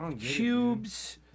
cubes